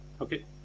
Okay